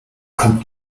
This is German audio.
kommt